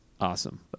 awesome